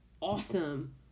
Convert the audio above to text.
awesome